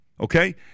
Okay